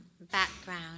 background